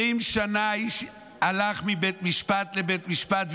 20 שנה האיש הלך מבית משפט לבית משפט,